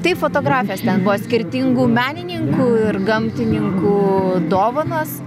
tai fotografijos ten buvo skirtingų menininkų ir gamtininkų dovanos